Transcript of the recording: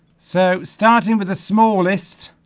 so starting with the smallest